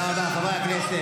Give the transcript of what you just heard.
הבושה, תודה רבה, חברי הכנסת.